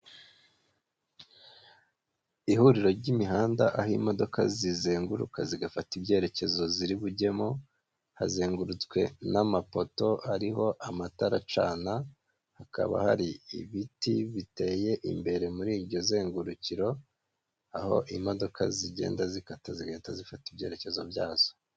Ihuriro ry'imihanda aho imodoka zizenguruka zigafata ibyerekezo ziribujyemo, hazengurutswe n'amapoto hariho amatara acana hakaba hari ibiti biteye imbere muri iryo zengurukiro aho imodoka zigenda zikata zigahita zifata ibyerekezo byazo.